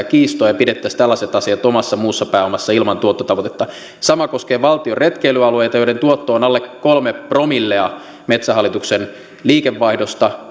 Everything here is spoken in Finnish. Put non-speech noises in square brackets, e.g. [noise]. [unintelligible] kiistoja ja pidettäisiin tällaiset asiat omassa muussa pääomassa ilman tuottotavoitetta sama koskee valtion retkeilyalueita joiden tuotto on alle kolme promillea metsähallituksen liikevaihdosta [unintelligible]